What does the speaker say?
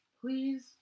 Please